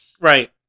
Right